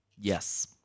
Yes